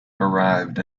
arrived